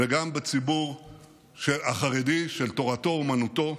וגם בציבור החרדי של תורתו אמנותו.